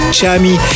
Chami